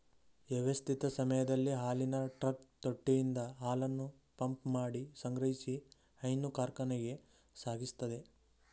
ವ್ಯವಸ್ಥಿತ ಸಮಯದಲ್ಲಿ ಹಾಲಿನ ಟ್ರಕ್ ತೊಟ್ಟಿಯಿಂದ ಹಾಲನ್ನು ಪಂಪ್ಮಾಡಿ ಸಂಗ್ರಹಿಸಿ ಹೈನು ಕಾರ್ಖಾನೆಗೆ ಸಾಗಿಸ್ತದೆ